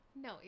no